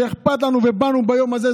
שאכפת לנו ובאנו ביום הזה,